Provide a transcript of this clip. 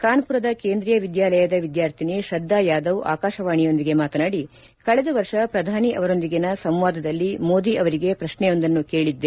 ಕಾನ್ವುರದ ಕೇಂದ್ರೀಯ ವಿದ್ಯಾಲಯದ ವಿದ್ಯಾರ್ಥಿನಿ ಶ್ರದ್ಧಾ ಯಾದವ್ ಆಕಾಶವಾಣಿಯೊಂದಿಗೆ ಮಾತನಾಡಿ ಕಳೆದ ವರ್ಷ ಪ್ರಧಾನಿ ಅವರೊಂದಿಗಿನ ಸಂವಾದದಲ್ಲಿ ಮೋದಿ ಅವರಿಗೆ ಪ್ರಕ್ಷೆಯೊಂದನ್ನು ಕೇಳಿದೆ